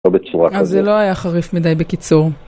לא בצורה כזו. אז זה לא היה חריף מדי בקיצור.